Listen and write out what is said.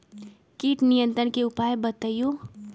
किट नियंत्रण के उपाय बतइयो?